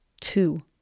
two